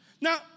Now